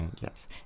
Yes